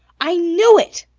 i knew it!